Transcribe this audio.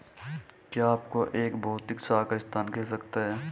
क्या आपको एक भौतिक शाखा स्थान की आवश्यकता है?